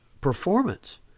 performance